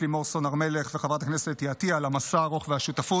לימור סון הר מלך וחברת הכנסת אתי עטייה על המסע הארוך והשותפות.